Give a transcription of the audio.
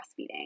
breastfeeding